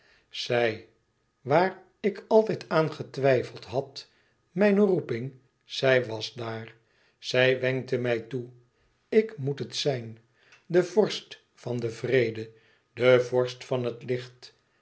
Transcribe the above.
zij waar ik altijd aan getwijfeld had mijne roeping zij was daar zij wenkte mij toe ik moet het zijn de vorst van den vrede de vorst van het licht